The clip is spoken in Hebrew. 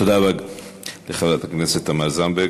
תודה רבה לחברת הכנסת תמר זנדברג.